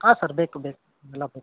ಹಾಂ ಸರ್ ಬೇಕು ಬೇಕು ಎಲ್ಲ ಬೇಕು